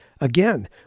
again